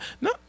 No